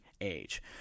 age